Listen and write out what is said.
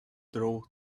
drought